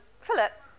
Philip